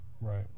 right